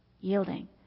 yielding